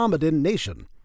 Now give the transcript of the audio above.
nation